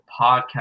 podcast